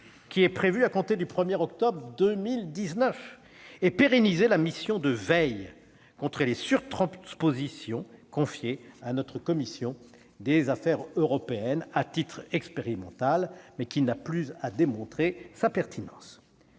prévue à compter du 1 octobre 2019, et pérennisé la mission de veille contre les « surtranspositions » confiée jusqu'à présent à la commission des affaires européennes à titre expérimental et qui n'a plus à démontrer sa pertinence.